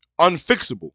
unfixable